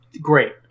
great